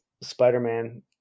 Spider-Man